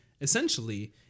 essentially